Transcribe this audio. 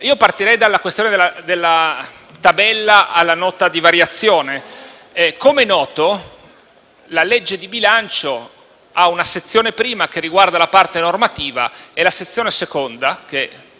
Partirei dalla questione della tabella alla Nota di variazioni. Come è noto, la legge di bilancio ha una sezione I che riguarda la parte normativa e la sezione II, ovvero